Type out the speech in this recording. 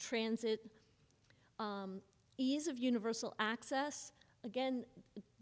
transit ease of universal access again